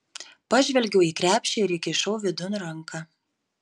pažvelgiau į krepšį ir įkišau vidun ranką